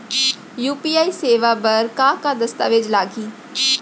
UPI सेवा बर का का दस्तावेज लागही?